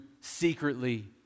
secretly